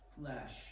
flesh